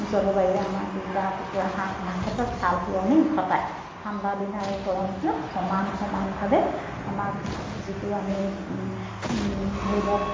জলবায়ুৱে আমাক দুটা কুকুৰা হাঁহ পুহাৰ ক্ষেত্ৰত সাল সলনি ঘটায় ঠাণ্ডা দিন আৰু গৰম দিনত সমান সমানভাৱে আমাক যিটো আমি ধৰি লওক